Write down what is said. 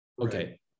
Okay